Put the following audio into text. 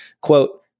Quote